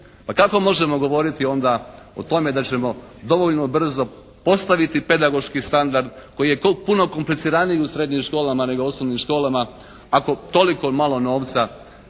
Pa kako možemo govoriti onda o tome da ćemo dovoljno brzo postaviti pedagoški standard koji je puno kompliciraniji u srednjim školama nego osnovnim školama ako toliko malo novca